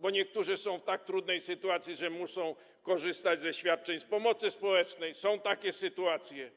bo niektórzy są w tak trudnej sytuacji, że muszą korzystać ze świadczeń z pomocy społecznej, są takie sytuacje.